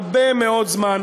הרבה מאוד זמן,